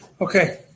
Okay